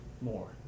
more